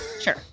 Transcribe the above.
Sure